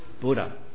Buddha